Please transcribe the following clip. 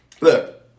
Look